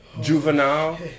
Juvenile